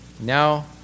now